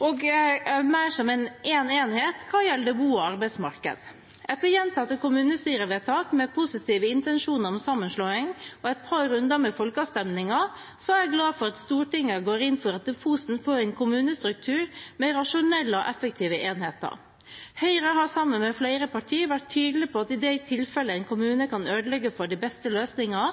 er mer som én enhet hva gjelder bo- og arbeidsmarked. Etter gjentatte kommunestyrevedtak med positive intensjoner om sammenslåing og et par runder med folkeavstemninger er jeg glad for at Stortinget går inn for at Fosen får en kommunestruktur med rasjonelle og effektive enheter. Høyre har sammen med flere partier vært tydelig på at i de tilfellene en kommune kan ødelegge for de beste løsningene,